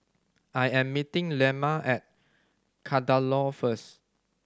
I am meeting Lemma at Kadaloor first